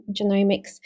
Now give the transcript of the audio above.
genomics